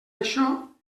això